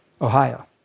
Ohio